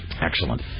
Excellent